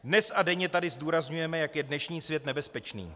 Dnes a denně tady zdůrazňujeme, jak je dnešní svět nebezpečný.